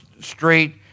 Street